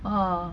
ah